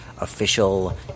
official